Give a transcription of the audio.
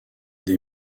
des